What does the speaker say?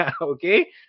Okay